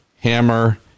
Hammer